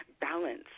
balance